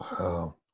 Wow